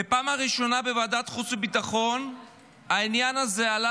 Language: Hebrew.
בוועדת החוץ והביטחון העניין הזה עלה